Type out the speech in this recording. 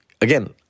again